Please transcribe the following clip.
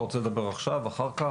אתה רוצה לדבר עכשיו אחר כך?